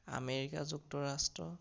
America যুক্তৰাষ্ট্ৰ